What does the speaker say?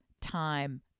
time